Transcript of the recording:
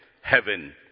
Heaven